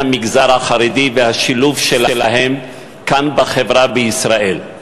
המגזר החרדי והשילוב שלהם כאן בחברה בישראל.